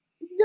no